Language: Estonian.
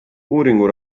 uuringu